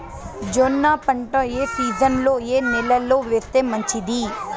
జొన్న పంట ఏ సీజన్లో, ఏ నెల లో వేస్తే మంచిది?